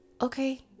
okay